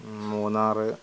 Munnar